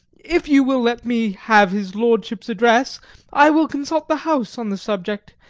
if you will let me have his lordship's address i will consult the house on the subject,